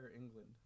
England